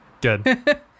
good